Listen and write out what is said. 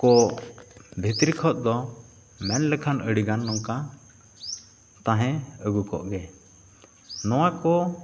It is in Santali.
ᱠᱚ ᱵᱷᱤᱛᱨᱤ ᱠᱷᱚᱱ ᱫᱚ ᱢᱮᱱ ᱞᱮᱠᱷᱟᱱ ᱟᱹᱰᱤᱜᱟᱱ ᱱᱚᱝᱠᱟ ᱛᱟᱦᱮᱸ ᱟᱹᱜᱩ ᱠᱚᱜ ᱜᱮ ᱱᱚᱣᱟ ᱠᱚ